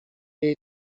jej